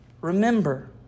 Remember